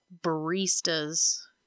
barista's